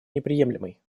неприемлемой